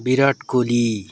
Virat Kohli